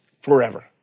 forever